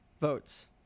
votes